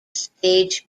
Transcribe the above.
stage